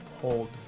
hold